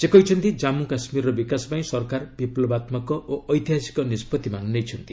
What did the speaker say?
ସେ କହିଛନ୍ତି କାଶ୍ମୁ କାଶ୍ମୀରର ବିକାଶ ପାଇଁ ସରକାର ବିପ୍ଲବାତ୍ମକ ଓ ଐତିହାସିକ ନିଷ୍ପଭିମାନ ନେଇଛନ୍ତି